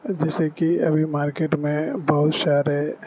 جیسے کہ ابھی مارکیٹ میں بہت سارے